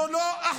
זו לא אחדות,